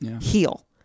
heal